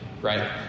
right